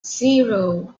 zero